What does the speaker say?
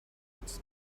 its